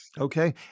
Okay